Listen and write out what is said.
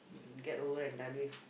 get over and done with